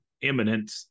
imminent